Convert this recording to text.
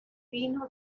vino